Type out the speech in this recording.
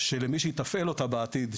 שלמי שיתפעל אותה בעתיד,